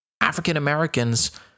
African-Americans